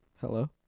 Hello